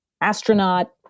astronaut